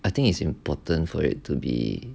I think it's important for it to be